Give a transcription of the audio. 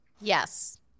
Yes